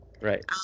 Right